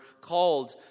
called